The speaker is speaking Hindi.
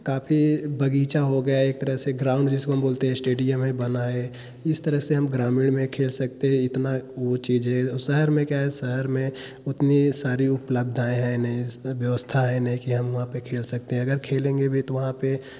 काफी बगीचा हो गया एक तरह से ग्राउंड जिसको हम बोलते हैं जैसे इस्टेडियम है बना है इस तरह से हम ग्रामीण में खेल सकते हैं इतना वह चीज़ है शहर में क्या है शहर में उतनी सारी उपलब्धियाँ है व्यवस्था है न की हम वहाँ पर खेल सकते हैं अगर खेलेंगे भी तो वहाँ पर